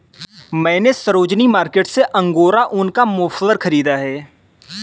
मैने सरोजिनी मार्केट से अंगोरा ऊन का मफलर खरीदा है